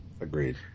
Agreed